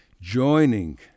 joining